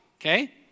okay